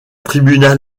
tribunal